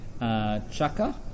Chaka